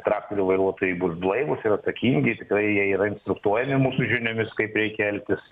traktorių vairuotojai bus blaivūs ir atsakingi tikrai jie yra instruktuojami mūsų žiniomis kaip reikia elgtis